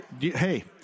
hey